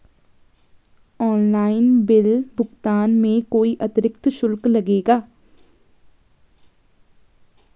Online bill भुगतान में कोई अतिरिक्त शुल्क लगेगा?